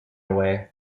away